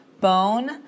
bone